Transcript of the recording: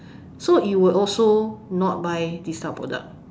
so you would also not buy this type of product